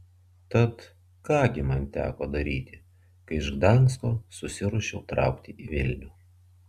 tad ką gi man teko daryti kai iš gdansko susiruošiau traukti į vilnių